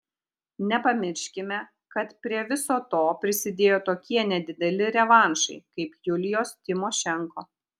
nepamirškime kad prie viso to prisidėjo tokie nedideli revanšai kaip julijos tymošenko